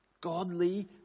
Godly